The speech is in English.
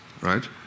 right